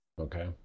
Okay